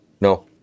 No